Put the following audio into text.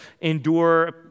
endure